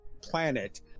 planet